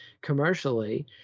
commercially